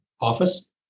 office